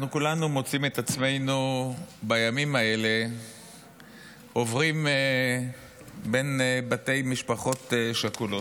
אנחנו כולנו מוצאים את עצמנו בימים האלה עוברים בין בתי משפחות שכולות.